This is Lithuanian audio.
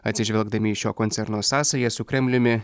atsižvelgdami į šio koncerno sąsają su kremliumi